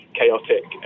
chaotic